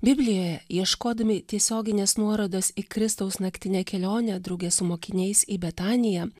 biblijoje ieškodami tiesioginės nuorodos į kristaus naktinę kelionę drauge su mokiniais į betaniją